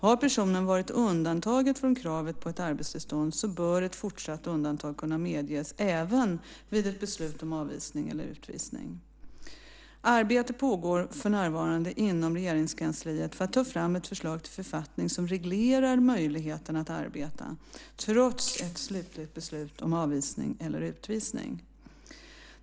Har personen varit undantagen från kravet på ett arbetstillstånd så bör ett fortsatt undantag kunna medges även vid ett beslut om avvisning eller utvisning. Arbete pågår för närvarande inom Regeringskansliet för att ta fram ett förslag till författning som reglerar möjligheten att arbeta, trots ett slutligt beslut om avvisning eller utvisning.